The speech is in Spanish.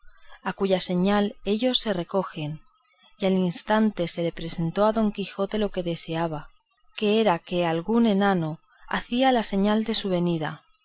a cuya señal ellos se recogen y al instante se le representó a don quijote lo que deseaba que era que algún enano hacía señal de su venida